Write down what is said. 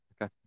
Okay